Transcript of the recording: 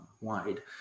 wide